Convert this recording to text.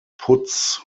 putz